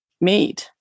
made